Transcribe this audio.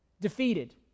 defeated